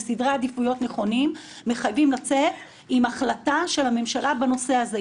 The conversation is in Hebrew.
וסדרי עדיפויות נכונים מחייבים לצאת עם החלטה של הממשלה בנושא הזה.